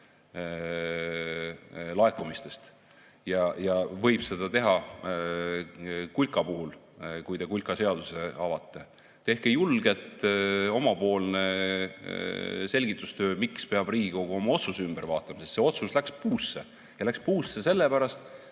laekumistest ja võib seda teha ka kulka puhul, kui te kulka seaduse avate. Tehke julgelt omapoolset selgitustööd, miks peab Riigikogu oma otsuse ümber vaatama: see otsus läks puusse, ja läks puusse sellepärast,